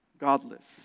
Godless